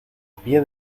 pie